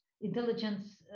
intelligence